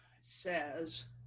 says